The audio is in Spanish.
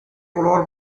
color